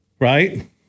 Right